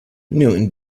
newton